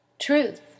truth